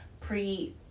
pre